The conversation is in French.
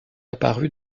apparu